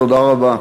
תודה רבה.